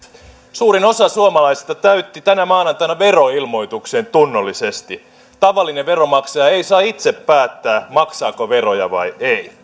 suurin osa suomalaisista täytti tänä maanantaina veroilmoituksen tunnollisesti tavallinen veronmaksaja ei saa itse päättää maksaako veroja vai ei